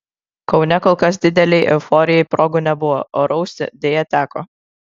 kaune kol kas didelei euforijai progų nebuvo o rausti deja teko